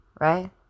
Right